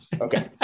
okay